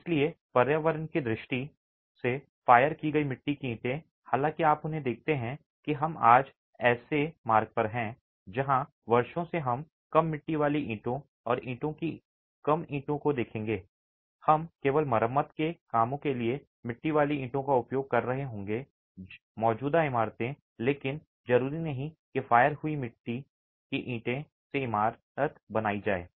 इसलिए पर्यावरण की दृष्टि से फायर की गई मिट्टी की ईंटें हालांकि आप उन्हें देखते हैं कि हम आज एक ऐसे मार्ग पर हैं जहां वर्षों में हम कम मिट्टी वाली ईंटों और ईंटों की कम ईंटों को देखेंगे हम केवल मरम्मत के कामों के लिए ही मिट्टी वाली ईंटों का उपयोग कर रहे होंगे मौजूदा इमारतें लेकिन जरूरी नहीं कि फायर हुई मिट्टी की ईंटों से नई इमारतें बनाई जाएं